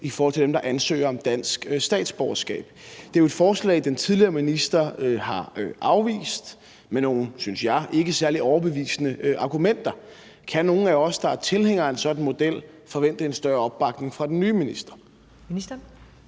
i forhold til dem, der ansøger om dansk statsborgerskab. Det er jo et forslag, den tidligere minister har afvist med nogle, synes jeg, ikke særlig overbevisende argumenter. Kan de af os, der er tilhængere af en sådan model, forvente en større opbakning fra den nye minister? Kl.